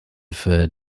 für